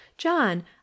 john